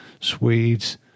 swedes